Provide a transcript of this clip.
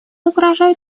угрожают